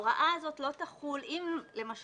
אם אחד